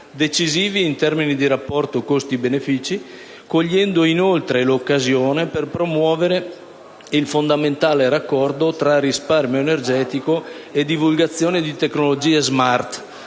decisivi in termini di rapporto costi-benefìci, cogliendo inoltre l'occasione per promuovere il fondamentale raccordo tra risparmio energetico e divulgazione di tecnologie *smart,*